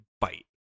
bite